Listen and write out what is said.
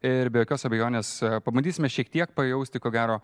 ir be jokios abejonės pabandysime šiek tiek pajausti ko gero